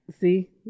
See